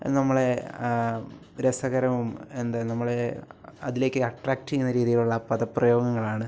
നമ്മളെ രസകരവും എന്താ നമ്മളെ അതിലേക്ക് അട്രാക്ട് ചെയ്യുന്ന രീതിയിലുള്ള പദപ്രയോഗങ്ങളാണ്